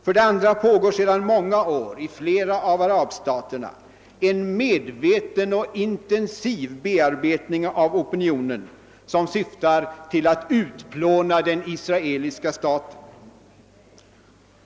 För det andra pågår sedan många år i flera av arabstaterna en medveten och intensiv bearbetning av opinionen som syftar till att utplåna den israeliska staten.